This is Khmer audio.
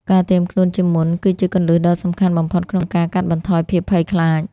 ការត្រៀមខ្លួនជាមុនគឺជាគន្លឹះដ៏សំខាន់បំផុតក្នុងការកាត់បន្ថយភាពភ័យខ្លាច។